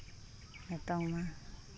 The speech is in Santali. ᱱᱤᱛᱚᱝ ᱢᱟ